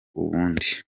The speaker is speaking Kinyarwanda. ubundi